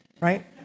right